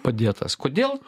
padėtas kodėl